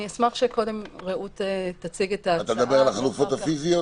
אתה מדבר על החלופות הפיזיות?